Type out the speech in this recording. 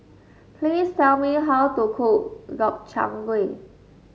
please tell me how to cook Gobchang Gui